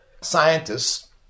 Scientists